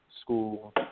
school